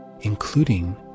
including